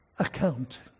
account